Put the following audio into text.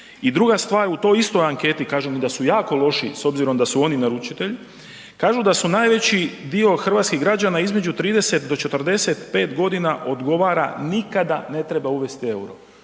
druga stvar, u toj istoj anketi, kažu mi da su jako loši s obzirom da su oni naručitelji, kažu da su najveći dio hrvatskih građana iz među 30 do 45 g. odgovara nikada ne treba uvesti euro.